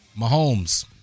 Mahomes